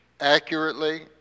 accurately